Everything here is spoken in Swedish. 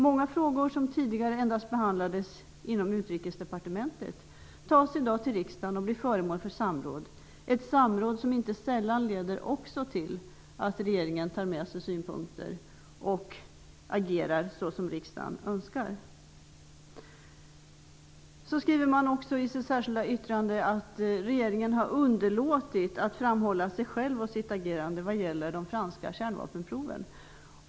Många frågor som tidigare endast behandlades inom Utrikesdepartementet tas i dag till riksdagen och blir föremål för samråd, ett samråd som inte sällan också leder till att regeringen tar med sig synpunkter och agerar som riksdagen önskar. I det särskilda yttrandet skriver man också att regeringen har underlåtit att framhålla sig själv och sitt agerande när det gäller de franska kärnvapenproven.